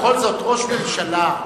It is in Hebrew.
בכל זאת, ראש ממשלה,